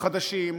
החדשים,